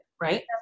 right